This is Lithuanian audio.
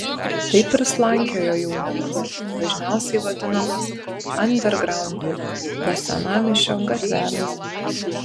taip ir slankiojo jaunimas dažniausiai vadinamas andergraundu po senamiesčio gatveles